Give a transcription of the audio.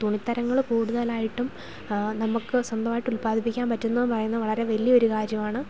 തുണിത്തരങ്ങൾ കൂടുതലായിട്ടും നമുക്ക് സ്വന്തമായിട്ട് ഉൽപ്പാദിപ്പിക്കാൻ പറ്റുന്ന പറയുന്നത് വലിയ ഒരു കാര്യമാണ്